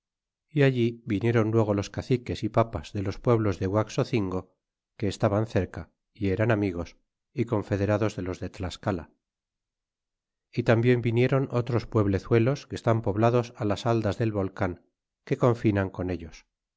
é allí vinieron luego los caciques y papas de los pueblos de guaxocingo que estaban cerca é eran amigos é confederados de los de tlascala y tarnbien viniéron otros pueblezuelos que estan poblados las baldas del bolcan que confinan con ellos